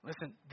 Listen